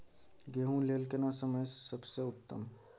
गेहूँ लेल केना समय सबसे उत्तम?